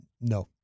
No